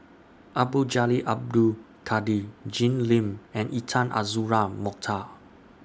Abdul Jalil Abdul Kadir Jim Lim and Intan Azura Mokhtar